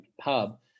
pub